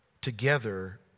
together